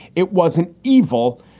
it was an evil.